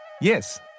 yes